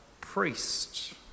priest